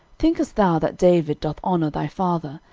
thinkest thou that david doth honour thy father,